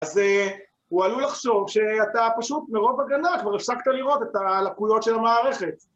אז הוא עלול לחשוב שאתה פשוט מרוב הגנה, כבר הפסקת לראות את הלקויות של המערכת.